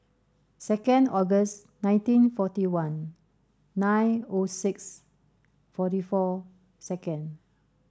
second August nineteen forty one nine O six forty four second